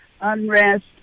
unrest